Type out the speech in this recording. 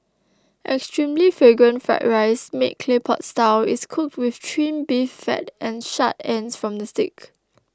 extremely Fragrant Fried Rice made Clay Pot Style is cooked with Trimmed Beef Fat and charred ends from the steak